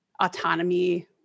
autonomy